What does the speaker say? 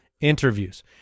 Interviews